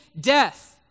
death